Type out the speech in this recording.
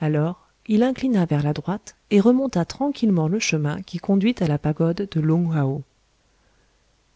alors il inclina vers la droite et remonta tranquillement le chemin qui conduit à la pagode de loung hao